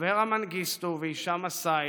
אברה מנגיסטו והישאם א-סייד,